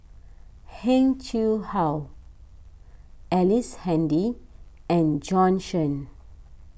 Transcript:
Heng Chee How Ellice Handy and Bjorn Shen